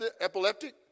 epileptic